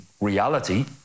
reality